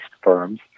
firms